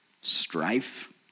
strife